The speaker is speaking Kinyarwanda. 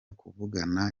kuvugana